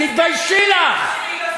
תתביישי לך.